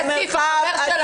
הוא חבר שלה.